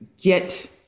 get